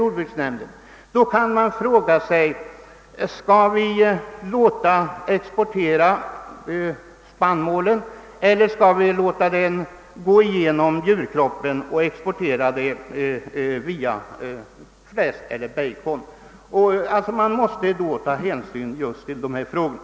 Jordbruksnämnden anför, att det kan ifrågasättas om vi skall exportera spannmål eller om vi skall låta den förbrukas av djuren och exportera överskottet i form av fläsk eller bacon. Vi måste ta hänsyn också till dessa förhållanden.